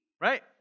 right